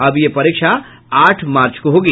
अब यह परीक्षा आठ मार्च को होगी